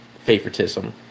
favoritism